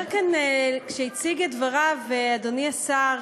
כשהציג את דבריו אדוני השר,